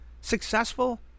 successful